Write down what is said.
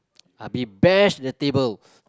I'll be bash the table